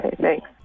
Thanks